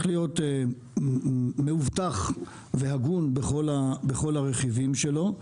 להיות מאובטח והגון בכל הרכיבים שלו.